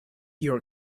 your